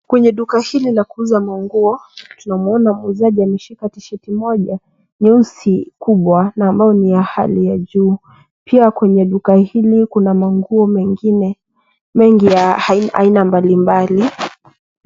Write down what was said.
Kwenye duka hili la kuuza manguo tunamwona muuzaji ameshika t-shirt moja nyeusi kubwa na ambayo ni ya hali ya juu. Pia kwenye duka hili kuna manguo mengine mengi ya aina mbalimbali.